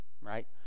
right